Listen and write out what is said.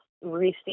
receive